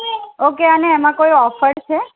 okay અને એમા કોઈ ઓફર છે